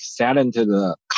excellent